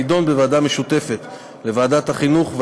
תידון בוועדה משותפת לוועדת החינוך,